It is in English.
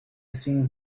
seen